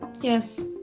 Yes